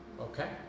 Okay